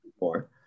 more